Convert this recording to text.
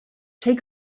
take